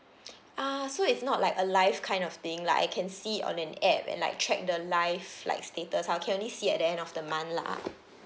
ah so it's not like a live kind of thing like I can see it on an app and like check the live like status I can only see it at the end of the month lah